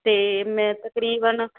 ਤੇ ਮੈਂ ਤਕਰੀਬਨ ਕਾਫੀ